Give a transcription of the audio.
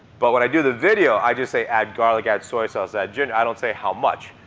but when i do the video, i just say add garlic, add soy sauce, add ginger. i don't say how much.